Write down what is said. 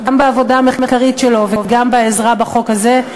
גם בעבודה המחקרית שלו וגם בעזרה בחקיקת החוק הזה.